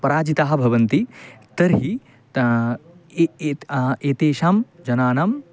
पराजिताः भवन्ति तर्हि इ इति एतेषां जनानां